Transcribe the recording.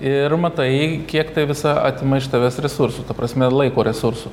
ir matai kiek tai visa atima iš tavęs resursų ta prasme laiko resursų